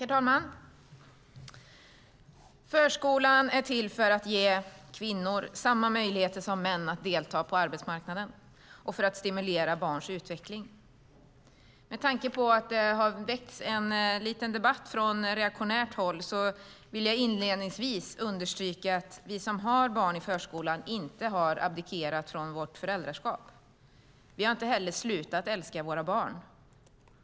Herr talman! Förskolan är till för att ge kvinnor samma möjligheter som män att delta på arbetsmarknaden och för att stimulera barns utveckling. Med tanke på att det har väckts en liten debatt från reaktionärt håll vill jag inledningsvis understryka att vi som har barn i förskolan inte har abdikerat från vårt föräldraskap. Vi har inte heller slutat älska våra barn.